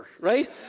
right